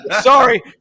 Sorry